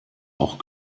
auch